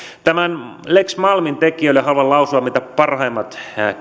tämän lex malmin tekijöille haluan lausua mitä parhaimmat